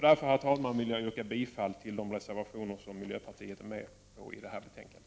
Därför vill jag, herr talman, yrka bifall till de reservationer till detta betänkande som miljöpartiet har medverkat till.